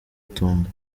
tunga